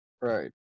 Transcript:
Right